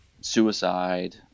suicide